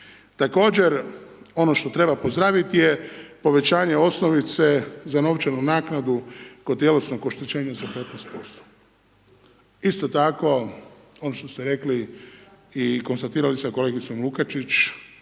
Također, ono što treba pozdraviti je povećanje osnovice za novčanu naknadu kod tjelesnog oštećenja za 15%, isto tako ono što ste rekli i i konstatirali sa kolegicom Lukačić